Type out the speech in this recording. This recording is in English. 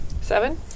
Seven